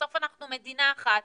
בסוף אנחנו מדינה אחת,